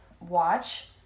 watch